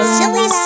Silly